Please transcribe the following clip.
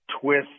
twist